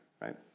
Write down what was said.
right